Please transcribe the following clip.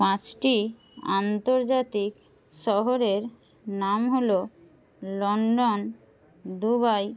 পাঁচটি আন্তর্জাতিক শহরের নাম হল লন্ডন দুবাই